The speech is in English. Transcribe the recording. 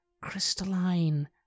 crystalline